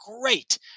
great